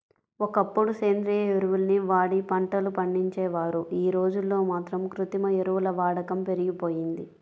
ఒకప్పుడు సేంద్రియ ఎరువుల్ని వాడి పంటలు పండించేవారు, యీ రోజుల్లో మాత్రం కృత్రిమ ఎరువుల వాడకం పెరిగిపోయింది